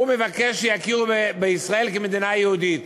הוא מבקש שיכירו בישראל כמדינה יהודית.